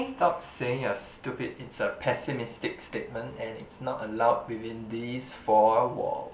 stop saying you're stupid it's a pessimistic statement and it's not allowed within these four walls